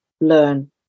learn